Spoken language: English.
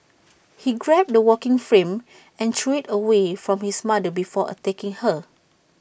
he grabbed the walking frame and threw IT away from his mother before attacking her